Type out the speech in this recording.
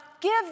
Give